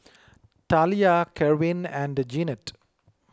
Talia Kerwin and Jeanette